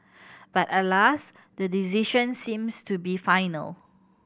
but alas the decision seems to be final